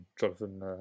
Jonathan